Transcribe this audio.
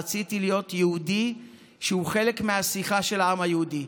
רציתי להיות יהודי שהוא חלק מהשיחה של העם היהודי.